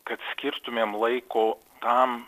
kad skirtumėm laiko tam